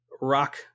rock